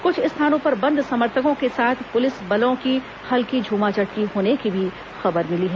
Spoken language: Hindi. कुछ स्थानों पर बंद समर्थकों के साथ पुलिस बलों की हल्की झूमाझटकी होने की भी खबर मिली है